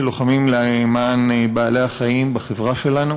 שלוחמים למען בעלי-החיים בחברה שלנו.